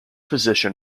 position